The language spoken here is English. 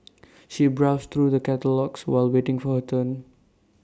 she browsed through the catalogues while waiting for her turn